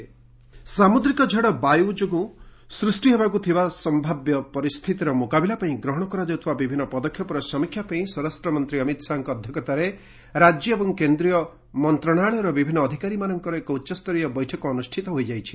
ଅମିତ ଶାହା ସାମୁଦ୍ରିକ ଝଡ 'ବାୟୁ' ଯୋଗୁଁ ସୃଷ୍ଟି ହେବାକୁ ଥିବା ସମ୍ଭାବ୍ୟ ପରିସ୍ଥିତି ମୁକାବିଲା ପାଇଁ ଗ୍ରହଣ କରାଯାଉଥିବା ବିଭିନ୍ନ ପଦକ୍ଷେପର ସମୀକ୍ଷା ପାଇଁ ସ୍ୱରାଷ୍ଟ୍ରମନ୍ତ୍ରୀ ଅମିତ ସାହାଙ୍କ ଅଧ୍ୟକ୍ଷତାରେ ରାଜ୍ୟ ଏବଂ କେନ୍ଦ୍ରୀୟ ମନ୍ତ୍ରଣାଳୟର ବିଭିନ୍ନ ଅଧିକାରୀଙ୍କର ଏକ ଉଚ୍ଚସ୍ତରୀୟ ବୈଠକ ଅନ୍ଦ୍ରଷ୍ଠିତ ହୋଇଯାଇଛି